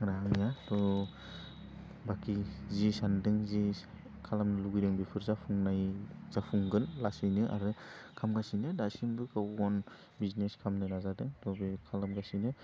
जानो आंनिया थह बाखि जि सानदों जि खालामनो लुबैदों बेफोर जाफुंनाय जाफुंगोन लासैनो आरो खामगासिनो दासिमबो गाव अन बिजिनिस खालामनो नाजादों थह बे खालामगासिनो